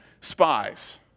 spies